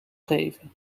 geven